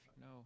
No